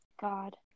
God